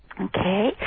Okay